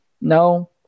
No